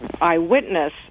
eyewitness